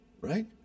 Right